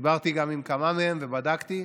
גם דיברתי עם כמה מהם ובדקתי,